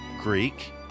Greek